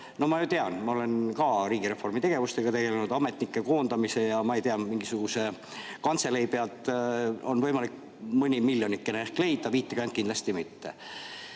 – ma ju tean, ma olen ka riigireformi tegevustega tegelenud, ametnike koondamisega –, siis mingisuguse kantselei pealt on võimalik mõni miljonikene ehk leida, aga 50 kindlasti mitte. Siis